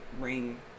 ring